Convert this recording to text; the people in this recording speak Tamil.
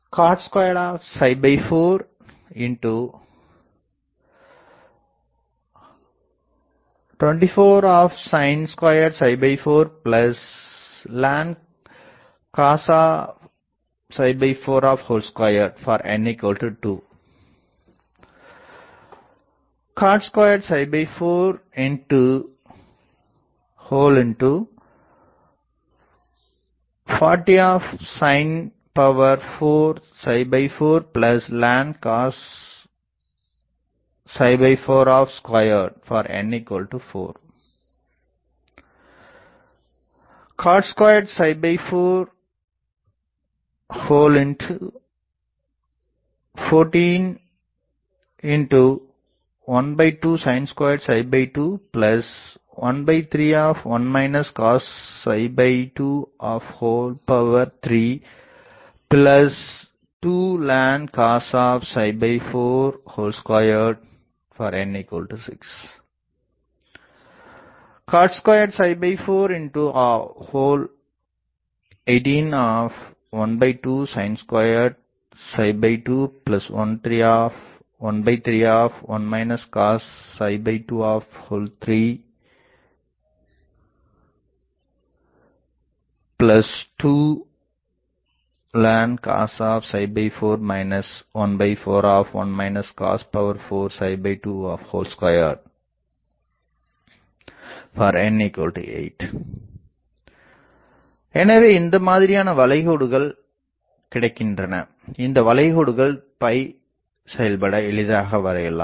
cot24 24 sin 24ln cos 42 for n 2 cot24 40 sin 44ln cos 42 for n 4 cot24 14 12sin 221332 ln cos 42 for n 6 cot24 18 12sin 221332 ln cos 4 142 for n 8 எனவே இந்த மாதிரியான வளைகோடுகள் கிடைக்கின்றன இந்த வளைகோடுகள் செயல்பாடாக எளிதாக வரையலாம்